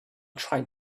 tried